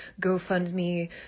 GoFundMe